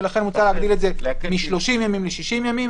ולכן מוצע להגדיל את זה מ-30 ימים ל-60 ימים,